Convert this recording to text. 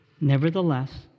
Nevertheless